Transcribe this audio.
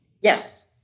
Yes